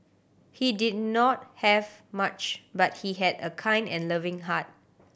he did not have much but he had a kind and loving heart